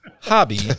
hobby